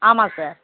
ஆமாம் சார்